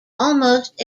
almost